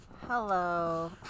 Hello